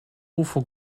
ufo